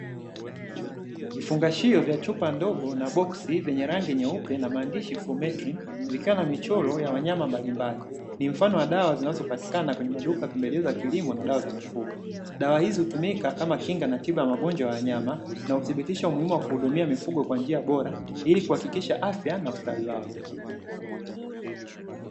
Vifungashio vya chupa ndogo na boksi, vyenye rangi nyeupe na maandishi "Flumethrin", vikawa na michoro ya wanyama mbalimbali. Ni mfano wa dawa zinazopatikana kwenye maduka pembejeo za kilimo na dawa za mifugo. Dawa hizi hutumika kama kinga na tiba ya magonjwa ya nyama, na uthibitisho umuhimu wa kuhudumia mifugo kwa njia bora, ili kuhakikisha afya na ustawi wao.